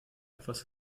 etwas